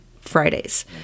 Fridays